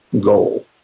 goal